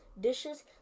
dishes